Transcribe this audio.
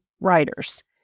writers